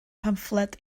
pamffled